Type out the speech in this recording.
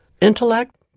intellect